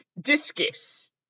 Discus